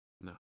No